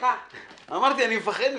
אבל יש רשימה ארוכה של דברים שלא מבוצעים,